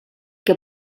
que